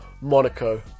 Monaco